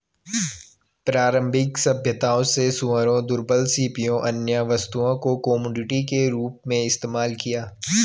प्रारंभिक सभ्यताओं ने सूअरों, दुर्लभ सीपियों, अन्य वस्तुओं को कमोडिटी के रूप में इस्तेमाल किया